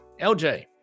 LJ